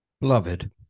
Beloved